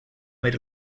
made